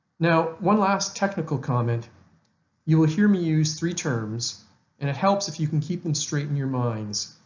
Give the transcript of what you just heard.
now one last technical comment you will hear me use three terms and it helps if you can keep them straight in your minds.